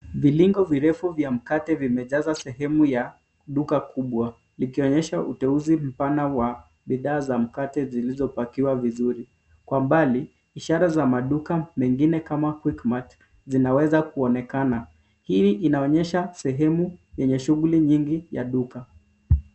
Viringo virefu vya mkate vimejaza sehemu ya duka kubwa likionyesha uteuzi mpana wa bidhaa za mkate zilizopakiwa vizuri. Kwa mbali, ishara za maduka mengine kama Quickmart zinaweza kuonekana. Hii inaonyesha sehemu yenye shughuli nyingi ya duka.